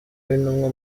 w’intumwa